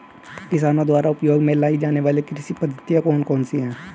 किसानों द्वारा उपयोग में लाई जाने वाली कृषि पद्धतियाँ कौन कौन सी हैं?